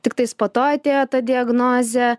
tiktais po to atėjo ta diagnozė